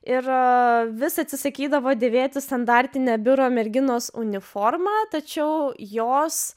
ir vis atsisakydavo dėvėti standartinę biuro merginos uniformą tačiau jos